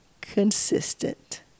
consistent